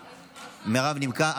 נימקה.